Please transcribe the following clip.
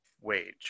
wage